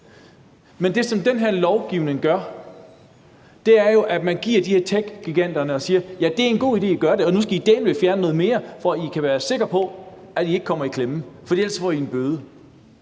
Men det, som den her lovgivning gør, er jo at sige til de her techgiganter: Ja, det er en god idé, at I gør det, og nu skal I dæleme fjerne noget mere, for at I kan være sikre på, at I ikke kommer i klemme, for ellers får I en bøde.